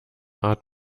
art